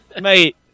Mate